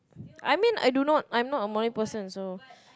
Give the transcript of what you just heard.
I mean I do not I'm not a morning person so